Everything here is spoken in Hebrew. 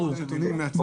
אנחנו נמצאים היום